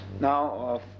Now